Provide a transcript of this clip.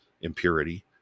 impurity